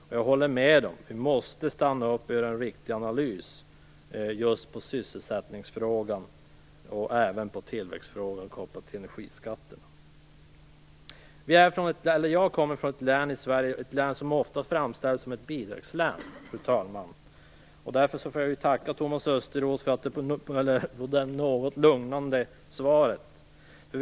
Och jag håller med dem. Vi måste stanna upp och göra en ordentlig analys av just sysselsättningsfrågan och även av tillväxtfrågan kopplat till energiskatterna. Fru talman! Jag kommer från ett län i Sverige som ofta framställs som ett bidragslän. Därför får jag tacka Tomas Östros för det något lugnande svaret.